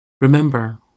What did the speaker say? Remember